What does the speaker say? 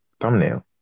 thumbnail